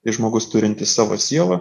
tai žmogus turintis savo sielą